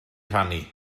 rannu